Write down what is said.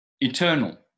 eternal